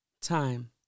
Time